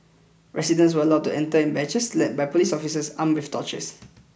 residents were allowed to enter in batches led by police officers armed with torches